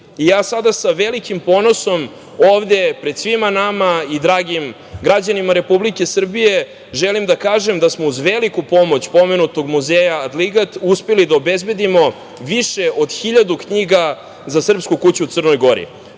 i sada sa velikim ponosom ovde pred svima nama i dragim građanima Republike Srbije želim da kažem da smo uz veliku pomoć pomenutog muzeja Adligat uspeli da obezbedimo više od hiljadu knjiga za Srpsku kuću u Crnoj Gori.